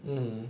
mm